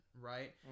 right